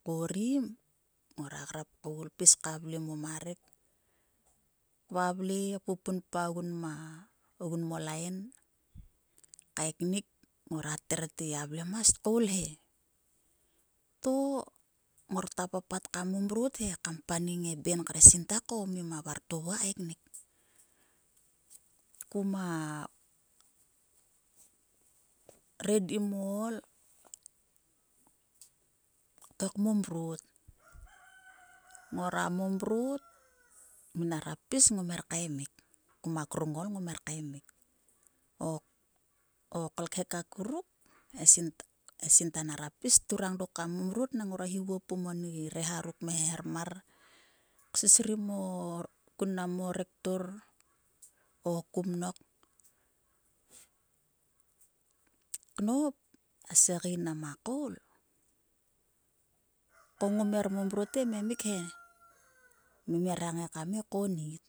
Korim ngora grap koul kpis ka vle ka vle moma rek ka vle kpupunpa ogun mo lain kaeknik ngora terte a vlemas tkoul he. To ngor kta papat kam momrot he kam paning e ben kre sinta ko ngima vartovo he kaek nik. Kuma redim o ol to kmomrot ngora momrot minera pis to ngom her kaemik kuma krong o ol ngom her kaemik. O kolhek akuruk e sinta nera pis momrot nang ngora hivuo pum oni reha ruk kmeharom mar. Ksisrim kun mnam o rekto o kumnok. Knop a segein na her koul ngom momrot he her ememmik he. Ngim hera ngai kam ngai konnit.